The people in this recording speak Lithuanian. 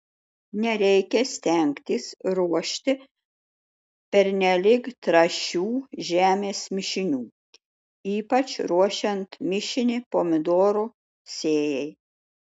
nereikia stengtis ruošti pernelyg trąšių žemės mišinių ypač ruošiant mišinį pomidorų sėjai